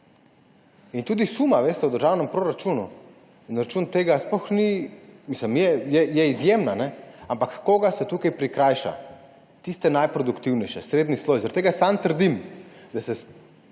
In tudi suma v državnem proračunu na račun tega je izjemna, ampak koga se tukaj prikrajša − tiste najproduktivnejše, srednji sloj. Zaradi tega sam trdim, da se